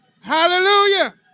Hallelujah